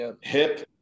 hip